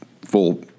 full